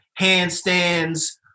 handstands